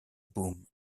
boom